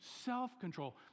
self-control